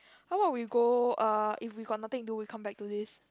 how about we go uh if we got nothing to do we come back to this